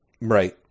Right